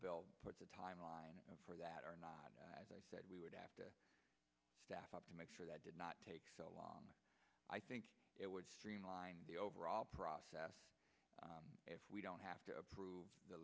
build a timeline for that or not as i said we would have to staff up to make sure that did not take so long i think it would streamline the overall process if we don't have to approve the